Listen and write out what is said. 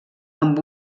amb